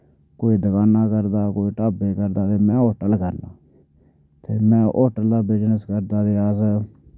कोई दकानां करदा कोई ढाबे करदा ते में होटल करना में होटल दा बिजनस करदा रेहा